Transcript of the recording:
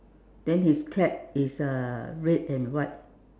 then his cap is uh red and white